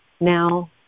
now